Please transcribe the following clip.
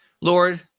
Lord